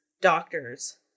doctors